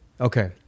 Okay